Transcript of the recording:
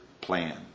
plan